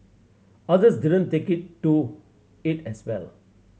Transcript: others didn't take to it as well